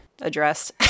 addressed